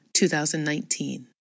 2019